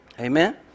amen